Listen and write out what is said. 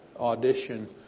audition